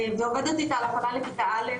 ועובדת איתה על הכנה לכיתה א',